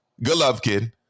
Golovkin